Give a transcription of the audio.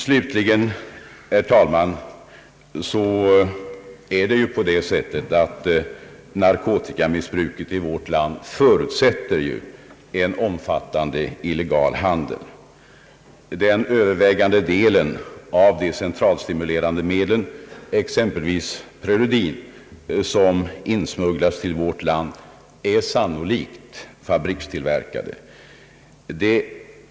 Det är ju så, herr talman, att narkotikamissbruket i vårt land förutsätter en omfattande illegal handel. Den övervägande delen av de centralstimulerande medel, exempelvis preludin, som insmugglas till vårt land är sannolikt fabrikstillverkade.